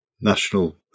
National